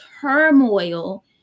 turmoil